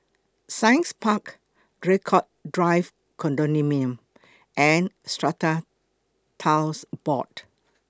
Science Park Draycott Drive Condominium and Strata Titles Board